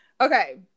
Okay